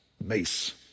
mace